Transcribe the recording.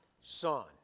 son